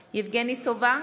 סובה,